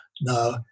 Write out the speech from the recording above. now